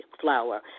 flour